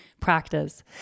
Practice